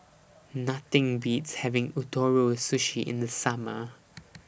Nothing Beats having Ootoro Sushi in The Summer